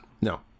no